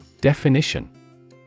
Definition